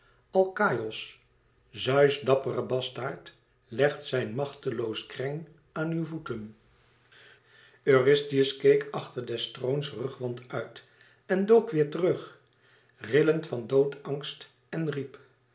alkaïos zeus dappere bastaard legt zijn machteloos kreng aan uw voeten eurystheus keek achter des troons ruggewand uit en dook weêr terug rillend van doodsangst en riep